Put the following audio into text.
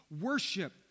worship